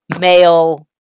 male